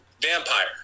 vampire